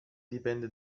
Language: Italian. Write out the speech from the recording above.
dipende